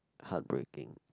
heartbreaking